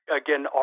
Again